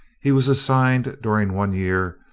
he was assigned, during one year,